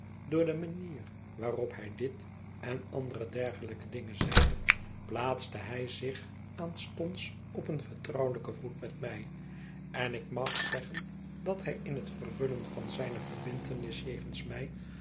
door de manier waarop hij dit en andere dergelijke dingen zeide plaatste hij zich aanstonds op een vertrouwelljken voet met mij en ik mag zeggen dat hij in het vervullen van zijne verbintenis jegens mij